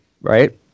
right